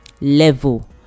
level